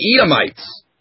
Edomites